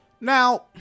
Now